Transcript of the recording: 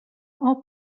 all